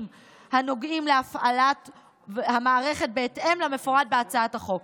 הנוגעים להפעלת המערכת בהתאם למפורט בהצעת החוק,